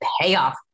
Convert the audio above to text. payoff